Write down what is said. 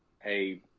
hey